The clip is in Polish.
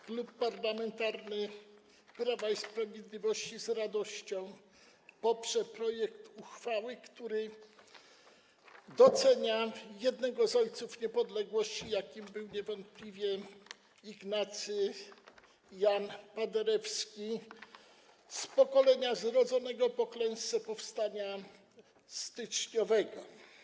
Klub Parlamentarny Prawa i Sprawiedliwości z radością poprze projekt uchwały, który docenia jednego z ojców niepodległości, jakim był niewątpliwie Ignacy Jan Paderewski, z pokolenia zrodzonego po klęsce powstania styczniowego.